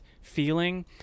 feeling